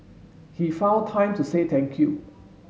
he found time to say thank you